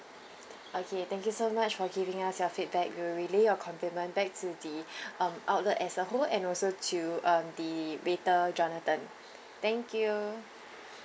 okay thank you so much for giving us your feedback we will relay your compliment back to the um outlet as a whole and also to um the waiter jonathan thank you